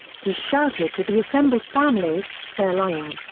he shouted to the assembled families, they're lying.